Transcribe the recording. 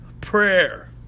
prayer